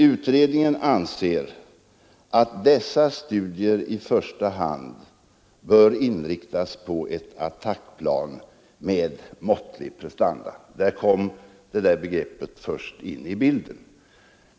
”Utredningen anser att dessa studier i första hand bör inriktas på ett attackplan med måttliga prestanda.” Där kom detta begrepp först in i bilden.